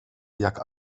jak